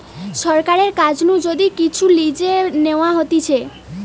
সরকারের কাছ নু যদি কিচু লিজে নেওয়া হতিছে